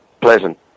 pleasant